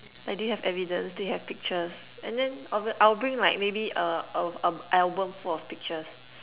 like do you have evidence do you have pictures and then obvi~ I'll bring like maybe a a a album full of pictures